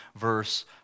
verse